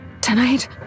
tonight